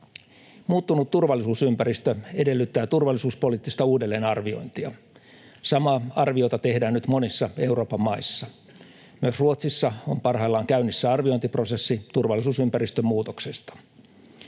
Muuttunut turvallisuusympäristö edellyttää turvallisuuspoliittista uudelleenarviointia. Samaa arviota tehdään nyt monissa Euroopan maissa. Myös Ruotsissa on parhaillaan käynnissä arviointiprosessi turvallisuusympäristön muutoksesta.